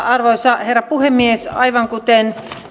arvoisa herra puhemies aivan kuten